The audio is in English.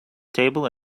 table